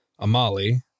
Amali